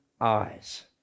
eyes